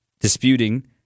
disputing